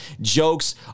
Jokes